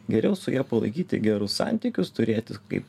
geriau su ja palaikyti gerus santykius turėti kaip